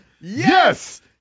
Yes